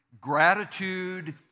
Gratitude